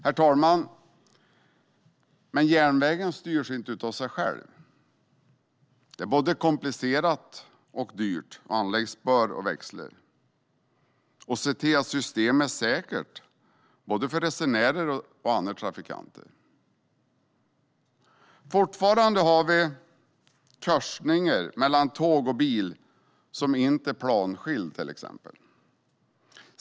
Herr talman! Järnvägen styrs emellertid inte av sig själv. Det är både komplicerat och dyrt att anlägga spår och växlar och se till att systemet är säkert både för resenärer och för andra trafikanter. Fortfarande har vi till exempel korsningar mellan tåg och bil som inte är planskilda.